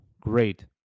great